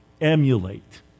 emulate